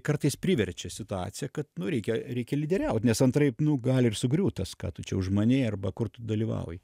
kartais priverčia situacija kad nu reikia reikia lyderiaut nes antraip nu gali ir sugriūt tas ką tu čia užmanei arba kur tu dalyvauji